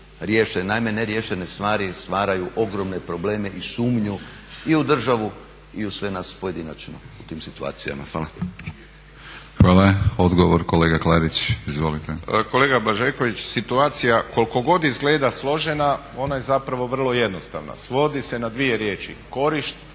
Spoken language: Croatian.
riješene, naime ne riješene stvari stvaraju ogromne probleme i sumnju i u državu i u sve nas pojedinačno u tim situacijama. Hvala. **Batinić, Milorad (HNS)** Hvala. Odgovor kolega Klarić, izvolite. **Klarić, Tomislav (HDZ)** Kolega Blažeković situacija koliko god izgleda složena ona je zapravo vrlo jednostavna, svodi se na dvije riječ korist